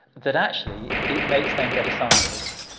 that actually it makes them better scientists.